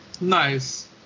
Nice